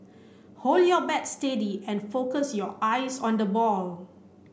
hold your bat steady and focus your eyes on the ball